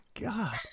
God